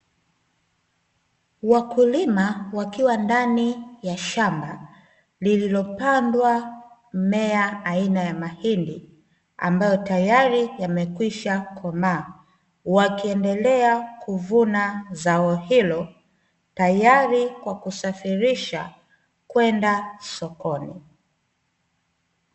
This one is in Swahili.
Wakulima, wakiwa ndani ya shamba lililopandwa mmea aina ya mahindi, ambao tayari yamekwishakomaa, wakiendelea kuvuna zao hilo, tayari kwa kusafirisha kwenda sokoni.